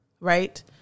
right